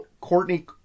Courtney